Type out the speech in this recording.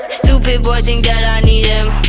stupid boy think that i need him